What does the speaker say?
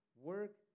work